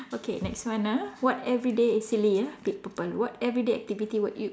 okay next one ah what everyday is silly ah purple what everyday activity would you